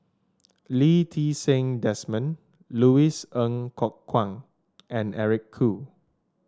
Lee Ti Seng Desmond Louis Ng Kok Kwang and Eric Khoo